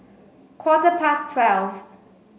quarter past twelve